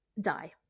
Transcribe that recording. die